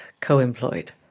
co-employed